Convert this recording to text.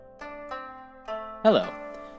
Hello